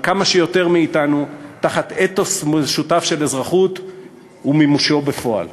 אבל כמה שיותר מאתנו תחת אתוס משותף של אזרחות ומימושו בפועל.